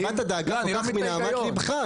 הבעת דאגה כל כך מנהמת ליבך.